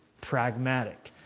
pragmatic